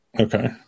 Okay